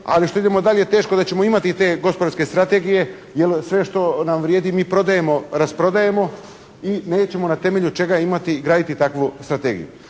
ali što idemo dalje teško da ćemo imati i te gospodarske strategije jer sve što nam vrijedi mi prodajemo, rasprodajemo i nećemo na temelju čega imati i graditi takvu strategiju.